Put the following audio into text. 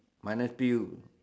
minus bill